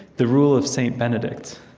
the rule of st. benedict,